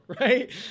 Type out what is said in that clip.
Right